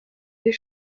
des